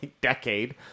decade